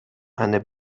eine